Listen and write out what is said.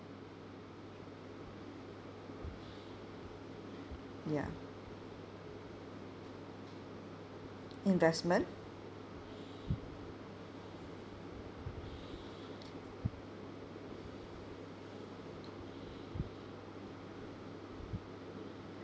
ya investment